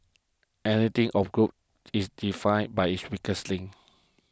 any team or group is defined by its weakest link